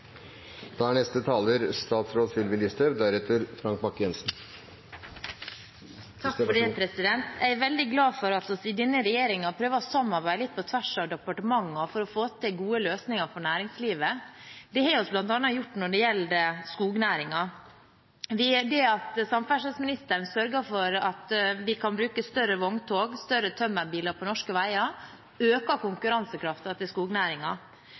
Jeg er veldig glad for at vi i denne regjeringen prøver å samarbeide litt på tvers av departementene for å få til gode løsninger for næringslivet. Det har vi bl.a. gjort når det gjelder skognæringen. Ved at samferdselsministeren sørger for at en kan bruke større vogntog og større tømmerbiler på norske veier, øker konkurransekraften til